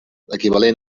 equivalent